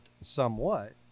somewhat